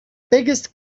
biggest